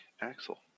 axel